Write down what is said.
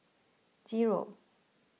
zero